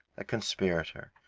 a conspirator,